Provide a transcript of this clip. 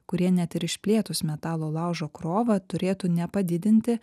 kurie net ir išplėtus metalo laužo krovą turėtų ne padidinti